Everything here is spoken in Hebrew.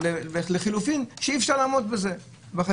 ולחילופין שאי אפשר לעמוד בזה.